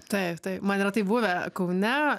taip taip man yra taip buvę kaune